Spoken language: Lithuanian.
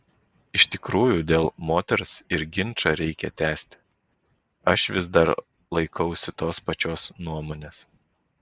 iš tikrųjų dėl moters ir ginčą reikia tęsti aš vis dar laikausi tos pačios nuomonės